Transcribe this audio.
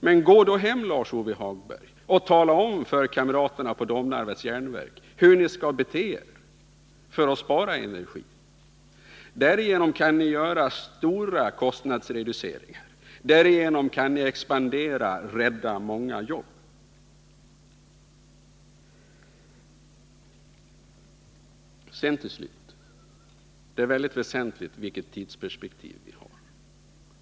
Men gå då hem, Lars-Ove Hagberg, och tala om för kamraterna på Domnarvets Jernverk hur ni skall bete er för att spara energi. Därigenom kan ni göra stora kostnadsreduceringar, därigenom kan ni expandera och rädda många jobb. Till slut: Det är väsentligt vilket tidsperspektiv man har.